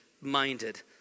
minded